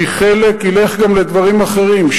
כי חלק ילך גם לדברים אחרים,